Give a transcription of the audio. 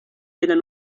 eran